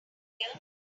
here